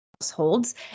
households